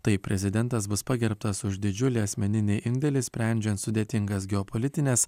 taip prezidentas bus pagerbtas už didžiulį asmeninį indėlį sprendžiant sudėtingas geopolitines